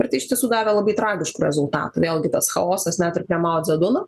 ir tai iš tiesų davė labai tragiškų rezultatų vėlgi tas chaosas net ir prie mao dzeduno